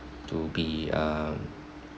to be um